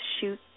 shoot